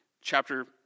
chapter